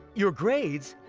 your grades?